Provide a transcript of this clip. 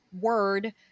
word